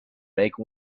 make